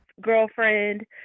girlfriend